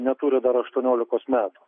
neturiu dar aštuoniolikos metų